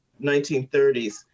1930s